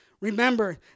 Remember